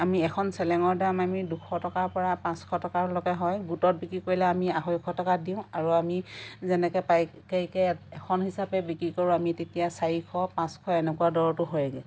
আমি এখন চেলেঙৰ দাম আমি দুশ টকাৰ পৰা পাঁচশ টকালৈকে হয় গোটত বিক্ৰী কৰিলে আমি আঢ়ৈশ টকাত দিওঁ আৰু আমি যেনেকৈ পাইকাৰীকৈ এখন হিচাপে বিক্ৰী কৰো আমি তেতিয়া চাৰিশ পাঁচশ এনেকুৱা দৰতো হয়গৈ